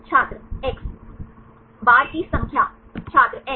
छात्र X bar की संख्या छात्र एन